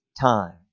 time